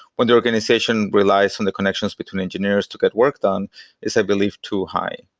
when the organization relies on the connections between engineers to get work done is i believe too high.